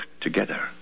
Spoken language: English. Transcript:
together